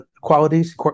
qualities